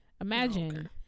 Imagine